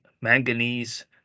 manganese